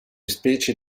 specie